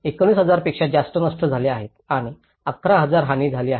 19000 पेक्षा जास्त नष्ट झाले आहेत आणि 11000 हानी झाली आहेत